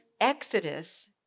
Exodus